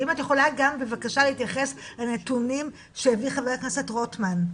ואם את יכולה גם להתייחס על נתונים שהביא חבר הכנסת רוטמן,